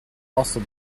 also